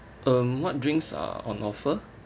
um what drinks are on offer